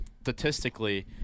statistically